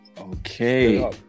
Okay